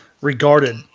regarded